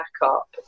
backup